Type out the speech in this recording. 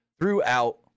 throughout